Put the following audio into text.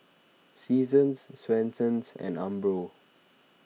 Seasons Swensens and Umbro